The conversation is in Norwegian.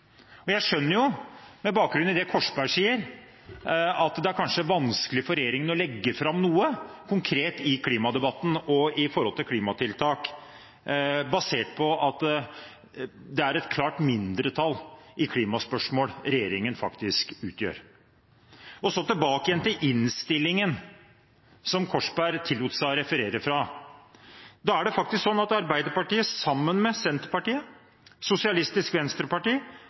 Jeg skjønner jo, med bakgrunn i det Korsberg sier, at det kanskje er vanskelig for regjeringen å legge fram noe konkret i klimadebatten og når det gjelder klimatiltak når regjeringen faktisk utgjør et klart mindretall i klimaspørsmål. Tilbake til innstillingen, som Korsberg tillot seg å referere fra: I den fremmet Arbeiderpartiet, sammen med Senterpartiet, Sosialistisk Venstreparti